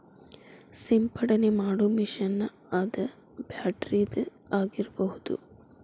ಸಿಂಪಡನೆ ಮಾಡು ಮಿಷನ್ ಅದ ಬ್ಯಾಟರಿದ ಆಗಿರಬಹುದ